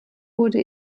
wurde